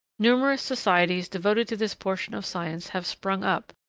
numerous societies devoted to this portion of science have sprung up,